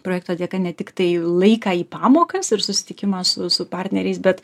projekto dėka ne tiktai laiką į pamokas ir susitikimą su su partneriais bet